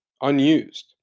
unused